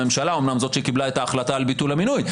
הממשלה אומנם זאת שקיבלה את ההחלטה על ביטול המינוי,